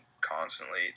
constantly